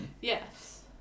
Yes